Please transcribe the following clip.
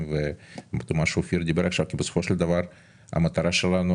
ומכיוון שהרוח שנושבת פה